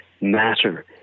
matter